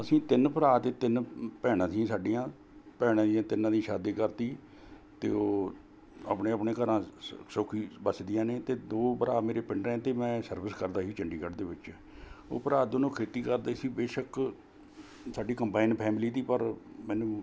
ਅਸੀਂ ਤਿੰਨ ਭਰਾ ਅਤੇ ਤਿੰਨ ਮ ਭੈਣਾਂ ਸੀ ਸਾਡੀਆਂ ਭੈਣਾਂ ਦੀ ਤਿੰਨਾਂ ਦੀ ਸ਼ਾਦੀ ਕਰਤੀ ਅਤੇ ਉਹ ਆਪਣੇ ਆਪਣੇ ਘਰਾਂ ਸ ਸੌਖੀ ਵੱਸਦੀਆਂ ਨੇ ਅਤੇ ਦੋ ਭਰਾ ਮੇਰੇ ਪਿੰਡ ਹੈ ਅਤੇ ਮੈਂ ਸਰਵਿਸ ਕਰਦਾ ਜੀ ਚੰਡੀਗੜ੍ਹ ਦੇ ਵਿੱਚ ਉਹ ਭਰਾ ਦੋਨੋਂ ਖੇਤੀ ਕਰਦੇ ਸੀ ਬੇਸ਼ੱਕ ਸਾਡੀ ਕੰਬਾਈਨ ਫੈਮਿਲੀ ਤੀ ਪਰ ਮੈਨੂੰ